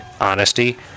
honesty